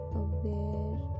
aware